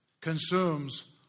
consumes